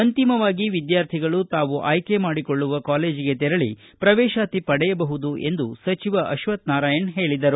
ಅಂತಿಮವಾಗಿ ತಾವು ಆಯ್ಕೆ ಮಾಡಿಕೊಳ್ಳುವ ಕಾಲೇಜಿಗೆ ತೆರಳಿ ಪ್ರವೇಶಾತಿ ಪಡೆಯಬಹುದು ಎಂದು ಸಚಿವ ಅಶ್ವಕ್ತನಾರಾಯಣ ಹೇಳಿದರು